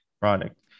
product